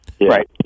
Right